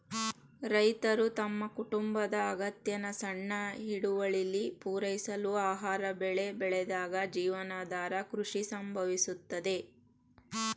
ರೈತರು ತಮ್ಮ ಕುಟುಂಬದ ಅಗತ್ಯನ ಸಣ್ಣ ಹಿಡುವಳಿಲಿ ಪೂರೈಸಲು ಆಹಾರ ಬೆಳೆ ಬೆಳೆದಾಗ ಜೀವನಾಧಾರ ಕೃಷಿ ಸಂಭವಿಸುತ್ತದೆ